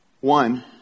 One